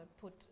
put